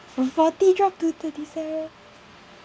from forty drop to thirty-seven